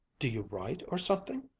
do you write, or something?